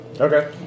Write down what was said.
Okay